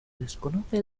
desconoce